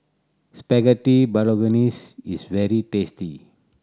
Spaghetti Bolognese is very tasty